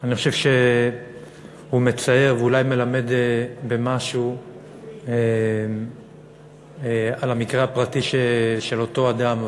ואני חושב שהוא מצער ואולי מלמד במשהו על המקרה הפרטי של אותו אדם,